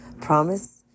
Promise